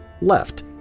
left